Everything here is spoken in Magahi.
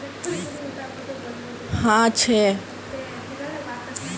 एक हेक्टर दस हजार वर्ग मिटरेर बड़ाबर छे